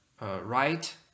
right